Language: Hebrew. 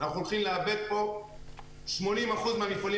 אנחנו הולכים לאבד פה 80% מהמפעלים